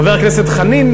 חבר הכנסת חנין,